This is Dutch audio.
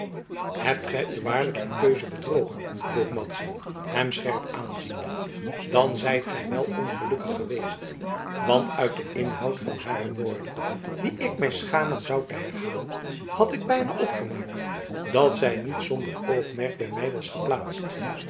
hebt gij u waarlijk in de keuze bedrogen vroeg madzy hem scherp aanziende dan zijt gij wel ongelukkig geweest want uit den inhoud van hare woorden die ik mij schamen zou te herhalen had ik bijna opgemaakt dat zij niet zonder oogmerk bij mij was geplaatst